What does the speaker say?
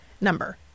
number